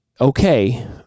okay